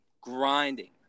grinding